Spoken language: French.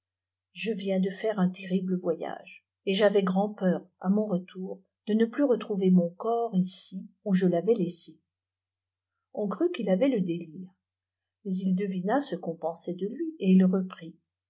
je vielle de fiiiré m terriwe voyage et î'avsds grand'peur à mon retour de ne ptus ceirouver mon corps ici où je l'avais laissée on of ut qu'il avait k dïife mais il devina ce qu'en peaeaifr de lui et il repfril